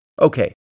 Okay